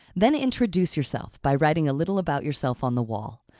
then introduce yourself by writing a little about yourself on the wall.